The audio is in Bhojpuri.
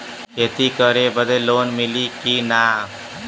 खेती करे बदे लोन मिली कि ना?